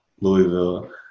Louisville